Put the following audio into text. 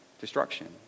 destruction